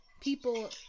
people